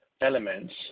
elements